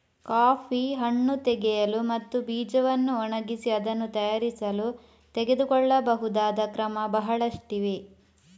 coffee ಹಣ್ಣು ತೆಗೆಯಲು ಮತ್ತು ಬೀಜವನ್ನು ಒಣಗಿಸಿ ಅದನ್ನು ತಯಾರಿಸಲು ತೆಗೆದುಕೊಳ್ಳಬಹುದಾದ ಕ್ರಮ ಬಹಳಷ್ಟಿವೆ